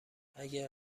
اگه